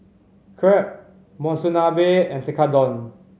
Crepe Monsunabe and Tekkadon